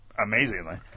amazingly